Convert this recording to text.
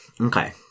Okay